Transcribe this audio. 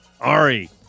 Ari